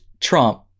trump